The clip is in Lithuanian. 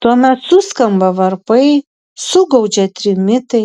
tuomet suskamba varpai sugaudžia trimitai